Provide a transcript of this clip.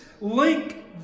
link